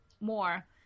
more